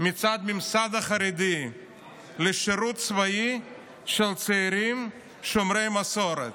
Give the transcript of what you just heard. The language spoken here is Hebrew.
מצד הממסד החרדי לשירות צבאי של צעירים שומרי מסורת.